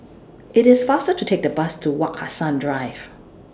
IT IS faster to Take The Bus to Wak Hassan Drive